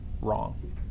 wrong